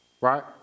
right